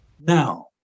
Now